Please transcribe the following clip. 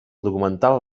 documental